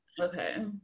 okay